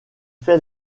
fait